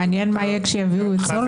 מעניין מה יהיה כשיביאו את סולברג.